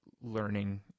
learning